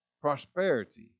prosperity